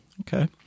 Okay